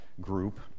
group